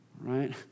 right